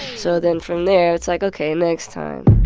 so then, from there, it's like, ok, next time.